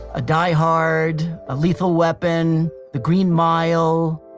a die hard, a lethal weapon, the green mile.